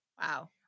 Wow